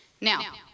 Now